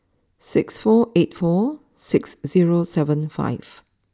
six four eight four six zero seven five